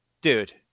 dude